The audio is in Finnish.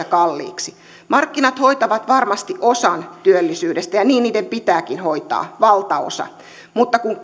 kallis lasku markkinat hoitavat varmasti osan työllisyydestä ja niin niiden pitääkin hoitaa valtaosa mutta kun